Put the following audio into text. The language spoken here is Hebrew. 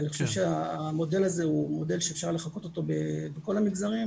אני חושב שהמודל הזה הוא מודל שאפשר לחקות אותו בכל המגזרים,